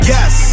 Yes